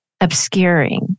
obscuring